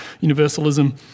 universalism